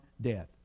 death